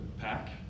pack